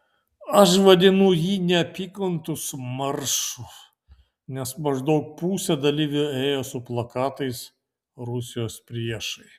aš vadinu jį neapykantos maršu nes maždaug pusė dalyvių ėjo su plakatais rusijos priešai